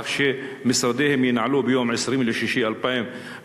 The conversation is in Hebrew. כך שמשרדיהם יינעלו ביום 20 ביוני 2012,